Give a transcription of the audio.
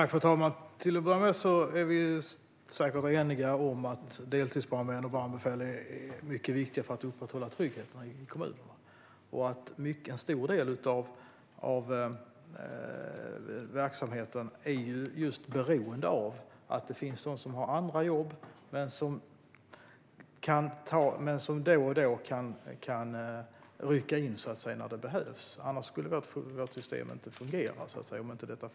Fru talman! Till att börja med: Vi är säkert eniga om att deltidsbrandmän och brandbefäl är mycket viktiga för att upprätthålla tryggheten ute i kommunerna. En stor del av verksamheten är beroende av att det finns de som har andra jobb men som då och då kan rycka in när det behövs. Om inte detta fanns skulle vårt system inte fungera.